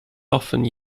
often